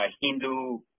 Hindu